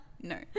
No